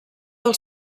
del